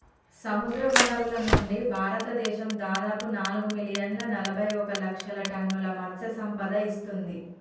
సముద్రవనరుల నుండి, భారతదేశం దాదాపు నాలుగు మిలియన్ల నలబైఒక లక్షల టన్నుల మత్ససంపద ఇస్తుంది